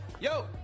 Yo